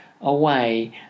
away